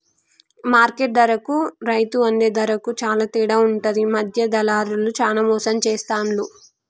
market ధరకు రైతు అందే ధరకు చాల తేడా ఉంటది మధ్య దళార్లు చానా మోసం చేస్తాండ్లు